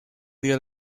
there